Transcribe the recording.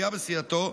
היה בסיעתו,